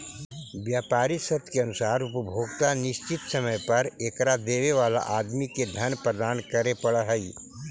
व्यापारी शर्त के अनुसार उपभोक्ता निश्चित समय पर एकरा देवे वाला आदमी के धन प्रदान करे पड़ऽ हई